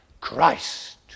Christ